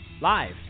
live